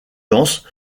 dense